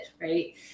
right